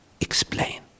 explain